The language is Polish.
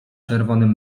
czerwonym